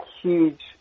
huge